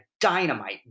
dynamite